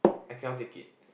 I cannot take it